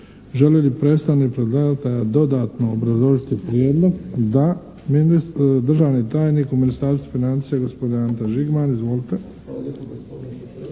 Želi li predstavnik predlagatelja dodatno obrazložiti prijedlog? Da. Državni tajnik u Ministarstvu financija gospodin Ante Žigman. Izvolite.